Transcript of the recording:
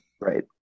Right